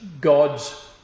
God's